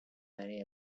many